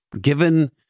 given